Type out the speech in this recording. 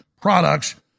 products